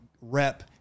rep